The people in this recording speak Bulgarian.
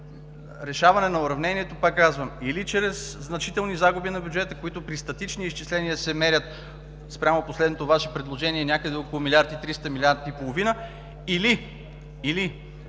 решаване на уравнението, пак казвам, или чрез значителни загуби на бюджета, които при статични изчисления се мерят, спрямо последното Ваше предложение, някъде около милиард и триста – милиард